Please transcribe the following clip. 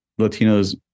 Latinos